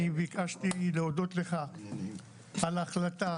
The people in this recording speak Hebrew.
אני ביקשתי להודות לך על ההחלטה